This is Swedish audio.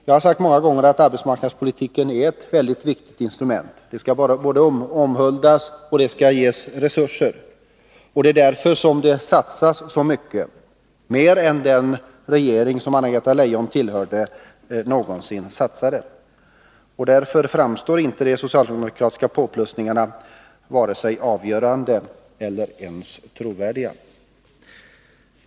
Jag har sagt många gånger att arbetsmarknadspolitiken är ett väldigt viktigt instrument och att den skall både omhuldas och ges resurser. Det är av den anledningen det satsas så mycket på den — mer än den regering som Anna-Greta Leijon tillhörde någonsin satsade. Därför framstår inte de socialdemokratiska påplussningarna som vare sig avgörande eller ens trovärdiga.